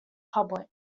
public